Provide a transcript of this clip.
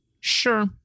sure